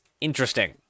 interesting